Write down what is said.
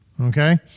Okay